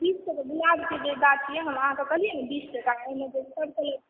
बीस टके गुलाब के जे गाछ यऽ हम अहाँके कहलिय ने बीस टका कहलौं ओहिमे सब कलर